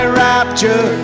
rapture